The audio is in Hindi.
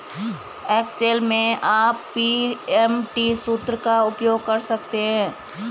एक्सेल में आप पी.एम.टी सूत्र का उपयोग कर सकते हैं